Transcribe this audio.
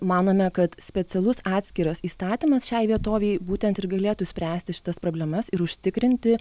manome kad specialus atskiras įstatymas šiai vietovei būtent ir galėtų spręsti šitas problemas ir užtikrinti